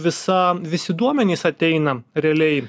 visa visi duomenys ateina realiai